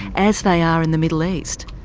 as they are in the middle east?